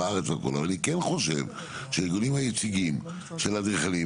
אבל אני כן חושב שהארגונים היציגים של אדריכלים,